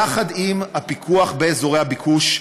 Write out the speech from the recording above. יחד עם הפיקוח באזורי הביקוש,